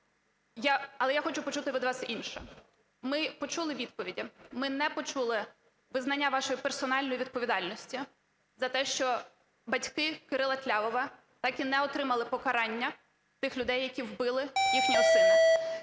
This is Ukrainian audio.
Але я хочу почути від вас інше. Ми почули відповіді. Ми не почули визнання вашої персональної відповідальності за те, що батьки Кирила Тлявова так і не отримали покарання тих людей, які вбили їхнього сина.